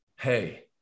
hey